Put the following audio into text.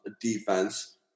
defense